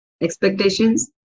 Expectations